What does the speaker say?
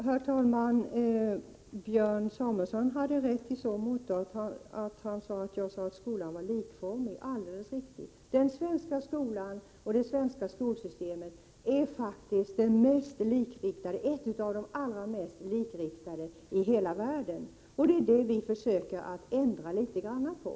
Herr talman! Björn Samuelson hade rätt när han sade att jag hade sagt att skolan var likriktad. Det är alldeles riktigt. Den svenska skolan och det svenska skolsystemet hör faktiskt till de allra mest likriktade i hela världen. Det är detta vi försöker att ändra litet grand på.